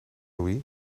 louis